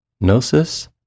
gnosis